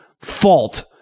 fault